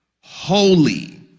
Holy